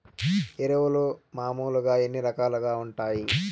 ఎరువులు మామూలుగా ఎన్ని రకాలుగా వుంటాయి?